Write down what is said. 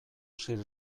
sri